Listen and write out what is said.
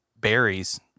berries